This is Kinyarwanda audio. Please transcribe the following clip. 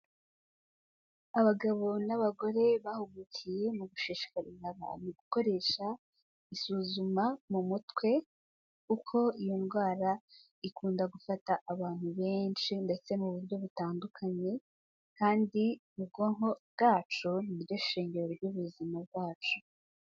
Abagabo n'abagore bahugukiye mu gushishikariza abantu, gukoresha isuzuma mu mutwe kuko iyi ndwara ikunda gufata abantu benshi ndetse mu buryo butandukanye kandi ubwonko bwacu niryo shingiro ry'ubuzima bwacu.